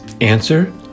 Answer